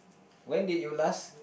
when did you last